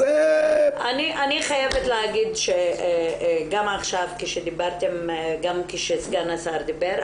אז --- אני חייבת להגיד שגם עכשיו כשדיברתם וגם כשסגן השר דיבר,